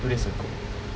two days ago